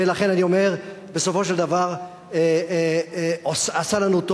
ולכן אני אומר, בסופו של דבר עשה לנו טוב.